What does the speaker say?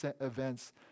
events